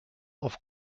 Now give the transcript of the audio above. auf